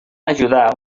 ajudar